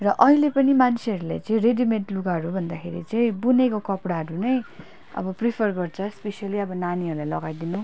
र अहिले पनि मान्छहरूले चाहिँ रेडिमेड लुगाहरूभन्दाखेरि चाहिँ बुनेको कपडाहरू नै अब प्रिफर गर्छ स्पेसयली अब नानीहरूलाई लगाइदिनु